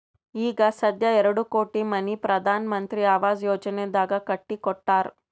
ಈಗ ಸಧ್ಯಾ ಎರಡು ಕೋಟಿ ಮನಿ ಪ್ರಧಾನ್ ಮಂತ್ರಿ ಆವಾಸ್ ಯೋಜನೆನಾಗ್ ಕಟ್ಟಿ ಕೊಟ್ಟಾರ್